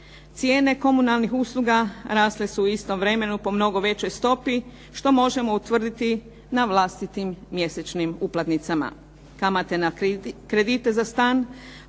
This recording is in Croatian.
Cijene komunalnih usluga rasle su u istom vremenu po mnogo većoj stopi što možemo utvrditi na vlastitim mjesečnim uplatnicama. Kamate na kredite za stan